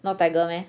not tiger meh